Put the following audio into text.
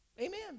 Amen